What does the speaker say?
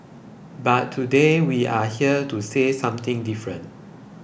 but today we're here to say something different